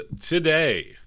today